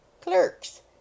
Clerks